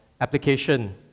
application